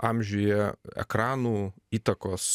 amžiuje ekranų įtakos